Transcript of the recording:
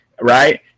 right